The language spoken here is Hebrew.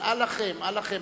אבל אל לכם, אל לכם.